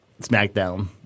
SmackDown